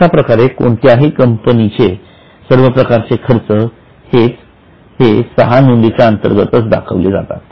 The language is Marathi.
अशाप्रकारे कोणत्याही कंपनीचे सर्व प्रकारचे खर्च हेच सहा नोंदीच्या अंतर्गतच दाखविले जातात